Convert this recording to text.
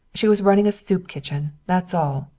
she was running a soup kitchen. that's all.